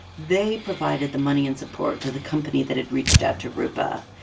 they provided the money and support to the company that had reached out to roopa.